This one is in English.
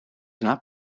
cannot